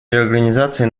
реорганизации